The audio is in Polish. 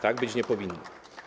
Tak być nie powinno.